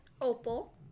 Opal